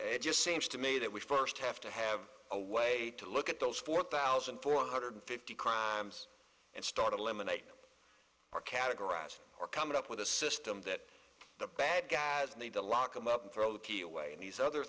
it just seems to me that we first have to have a way to look at those four thousand four hundred fifty crimes and started eliminate them or categorize or come up with a system that the bad guys need to lock them up throw the key away and these other